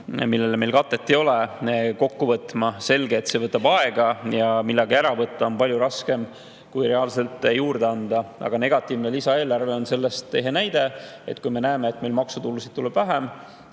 millele meil katet ei ole, kokku võtma. Selge, et see võtab aega ja midagi ära võtta on palju raskem kui reaalselt juurde anda. Aga negatiivne lisaeelarve on ehe näide, et kui me näeme, et meil maksutulusid tuleb vähem,